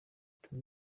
hitamo